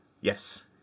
Yes